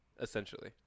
essentially